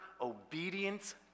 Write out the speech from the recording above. obedience